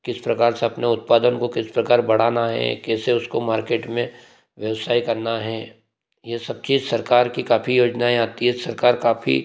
किस प्रकार से अपने उत्पादन को किस प्रकार बढ़ाना है कैसे उसको मार्केट में व्यवसाय करना है ये सब चीज़ सरकार की काफी योजनाएँ आती हैं सरकार काफ़ी